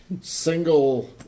single